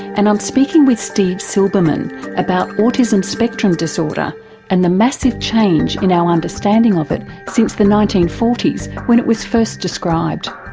and i'm speaking with steve silberman about autism spectrum disorder and the massive change in our understanding of it since the nineteen forty s when it was first described.